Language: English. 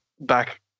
back